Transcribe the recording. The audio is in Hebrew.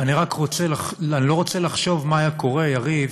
אני לא רוצה לחשוב מה היה קורה, יריב,